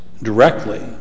directly